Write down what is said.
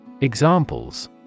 Examples